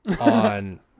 on